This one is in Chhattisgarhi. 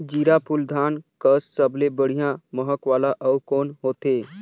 जीराफुल धान कस सबले बढ़िया महक वाला अउ कोन होथै?